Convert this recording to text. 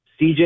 CJ